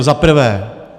Za prvé.